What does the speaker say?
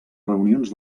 reunions